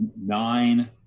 Nine